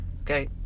okay